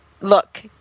Look